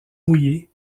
mouillée